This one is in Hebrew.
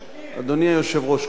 קודם כול,